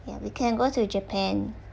ya we can go to japan